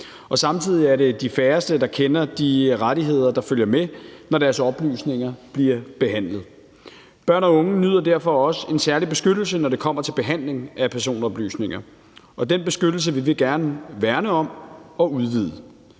og samtidig er det de færreste, der kender de rettigheder, der følger med, når deres oplysninger bliver behandlet. Børn og unge nyder derfor også en særlig beskyttelse, når det kommer til behandling af personoplysninger, og den beskyttelse vil vi gerne værne om og udvide.